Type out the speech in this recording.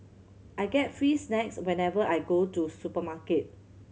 I get free snacks whenever I go to supermarket